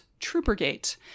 Troopergate